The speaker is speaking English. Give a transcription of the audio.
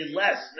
less